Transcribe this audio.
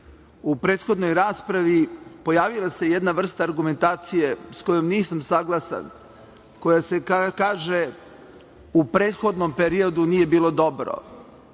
prethodnoj raspravi pojavila se jedna vrsta argumentacije sa kojom nisam saglasan, koja kaže u prethodnom periodu nije bilo dobro